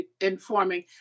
informing